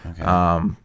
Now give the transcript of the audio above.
Okay